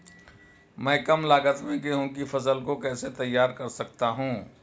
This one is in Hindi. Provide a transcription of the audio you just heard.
मैं कम लागत में गेहूँ की फसल को कैसे तैयार कर सकता हूँ?